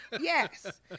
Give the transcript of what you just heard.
Yes